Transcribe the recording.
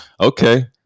Okay